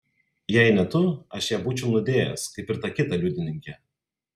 jei ne tu aš ją būčiau nudėjęs kaip ir tą kitą liudininkę